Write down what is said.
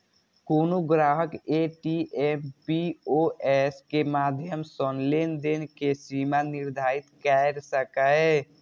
कोनो ग्राहक ATM, POS के माध्यम सं लेनदेन के सीमा निर्धारित कैर सकैए